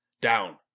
Down